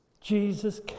Jesus